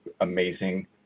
amazing